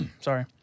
sorry